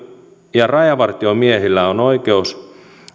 ja rajavartiomiehillä on oikeus